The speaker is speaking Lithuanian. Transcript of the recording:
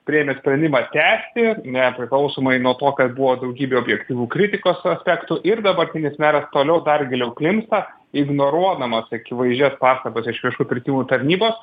priėmė sprendimą tęsti nepriklausomai nuo to kad buvo daugybė objektyvių kritikos aspektų ir dabartinis meras toliau dar giliau klimsta ignoruodamas akivaizdžias pastabas iš viešųjų pirkimų tarnybos